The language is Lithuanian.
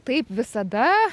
taip visada